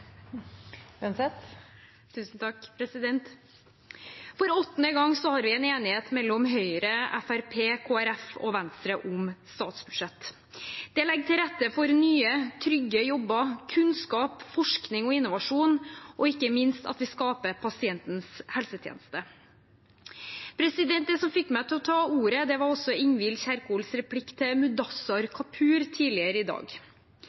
For åttende gang har vi en enighet mellom Høyre, Fremskrittspartiet, Kristelig Folkeparti og Venstre om statsbudsjett. Det legger til rette for nye, trygge jobber, kunnskap, forskning og innovasjon og ikke minst for pasientens helsetjeneste. Det som også fikk meg til å ta ordet, var Ingvild Kjerkols replikk til Mudassar Kapur tidligere i dag.